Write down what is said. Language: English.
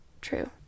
True